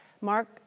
Mark